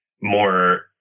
more